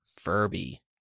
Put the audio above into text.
Furby